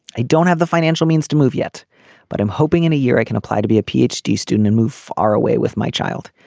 i don't have the financial means to move yet but i'm hoping in a year i can apply to be a p h d student and move far away with my child.